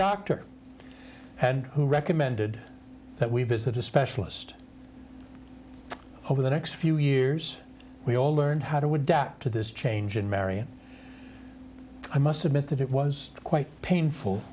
doctor and who recommended that we visit a specialist over the next few years we all learned how to adapt to this change in marion i must admit that it was quite painful